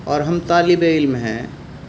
اور ہم طالب علم ہیں